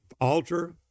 altar